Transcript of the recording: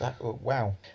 Wow